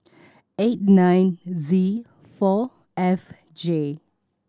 eight nine Z four F J